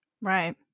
right